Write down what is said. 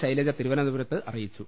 ശൈലജ തിരുവനന്തപുരത്ത് അറിയിച്ചു